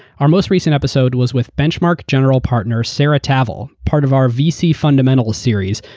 our most recent episode was with benchmark general partner, sarah tavel. part of our vc fundamentals series,